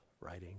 writing